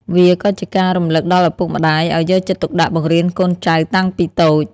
វាក៏ជាការរំលឹកដល់ឪពុកម្ដាយ ឱ្យយកចិត្តទុកដាក់បង្រៀនកូនចៅតាំងពីតូច។